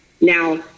Now